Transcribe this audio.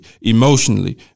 emotionally